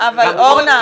אורנה,